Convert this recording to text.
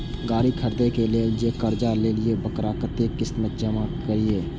गाड़ी खरदे के लेल जे कर्जा लेलिए वकरा कतेक किस्त में जमा करिए?